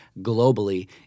globally